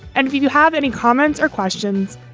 and if you have any comments or questions,